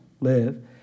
live